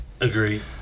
Agree